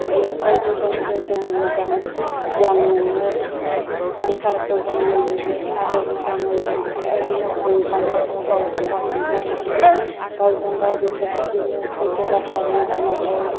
बेफोरबायदिजोंसो जोङो मोजां गियान मोननो संसारखौ जों नुयो आरो मोजाङै जों बेफोरबायदिनो अनलायनांगौ गावजों गाव अनलायनानै गावजों गाव बेफोरबायदिनो सैथो बाथ्रा बुंलायनांगौ